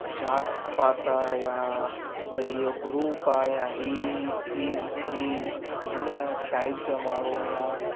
जात पात आहे या भाई इहो ग्रुप आहे या ही ही ही हिन टाइप जा माण्हू जा